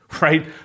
right